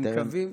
אנחנו מקווים,